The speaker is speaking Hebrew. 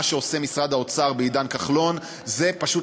מה שעושה משרד האוצר בעידן כחלון זה פשוט